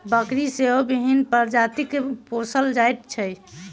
बकरी सेहो विभिन्न प्रजातिक पोसल जाइत छै